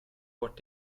bort